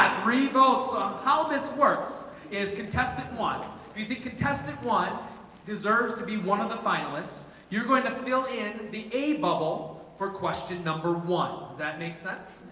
ah three votes um how this works is contestant one be the contestant one deserves to be one of the finalists you're going to fill in the a bubble for question number one. does that make sense?